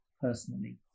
personally